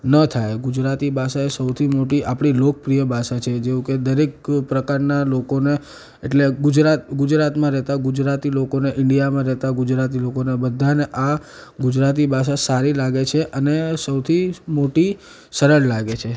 ન થાય ગુજરાતી ભાષા એ સૌથી મોટી આપણી લોકપ્રિય ભાષા છે જેવું કે દરેક પ્રકારના લોકોને એટલે ગુજરાત ગુજરાતમાં રહેતા ગુજરાતી લોકોને ઇન્ડિયામાં રહેતા ગુજરાતી લોકોને બધાને આ ગુજરાતી ભાષા સારી લાગે છે અને સૌથી મોટી સરળ લાગે છે